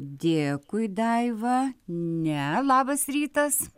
dėkui daiva ne labas rytas